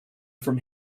from